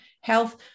health